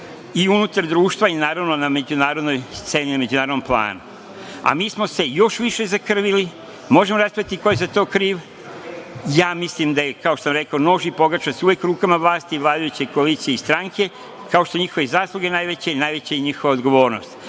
i unutar društva i naravno na međunarodnoj sceni, na međunarodnom planu, a mi smo se još više zakrvili, možemo raspravljati ko je za to kriv, ja mislim da je, kao što sam rekao, nož i pogača su uvek u rukama vlasti i vladajuće koalicije i stranke, kao što su njihove zasluge najveće i najveća je njihova odgovornost. Vi